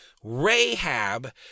Rahab